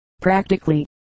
practically